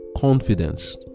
confidence